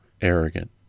arrogant